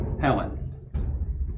Helen